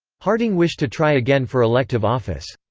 harding wished to try again for elective office.